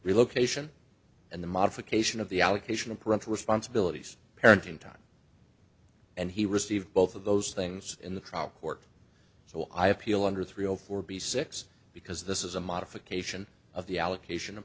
relocation and the modification of the allocation of parental responsibilities parenting time and he received both of those things in the trial court so i appeal under three o four b six because this is a modification of the allocation of